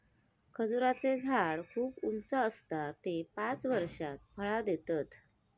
खजूराचें झाड खूप उंच आसता ते पांच वर्षात फळां देतत